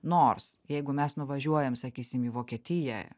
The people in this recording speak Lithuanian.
nors jeigu mes nuvažiuojam sakysim į vokietiją